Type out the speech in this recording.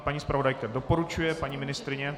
Paní zpravodajka doporučuje, paní ministryně?